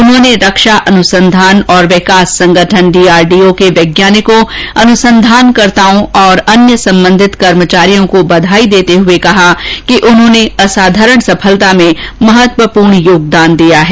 उन्होंने रक्षा अनुसंधान और विकास संगठन डीआरडीओ के वैज्ञानिकों अनुसंधानकर्ताओं और अन्य संबंधित कर्मचारियों को बधाई देते हए कहा कि उन्होंने असाधारण सफलता में महत्वपूर्ण योगदान दिया है